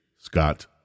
Scott